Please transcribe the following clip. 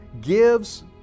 gives